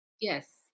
yes